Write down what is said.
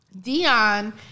Dion